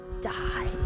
die